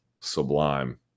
Sublime